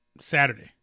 Saturday